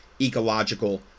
ecological